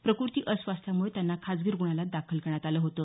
प्रक्रती अस्वास्थामुळे त्यांना खाजगी रुग्णालयात दाखल करण्यात आलं होतं